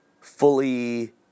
fully